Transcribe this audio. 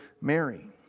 Mary